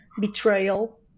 betrayal